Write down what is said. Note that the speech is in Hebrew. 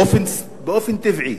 באופן טבעי.